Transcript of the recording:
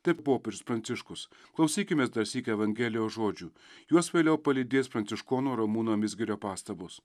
taip popiežius pranciškus klausykimės dar sykį evangelijos žodžių juos vėliau palydės pranciškono ramūno mizgirio pastabos